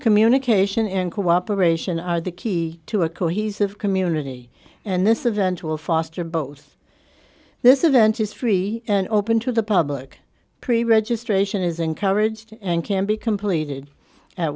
communication and cooperation are the key to a cohesive community and this event will foster both this event is free and open to the public pre registration is encouraged and can be completed a